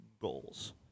goals